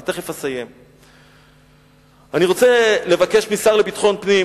אני רוצה לבקש מהשר לביטחון פנים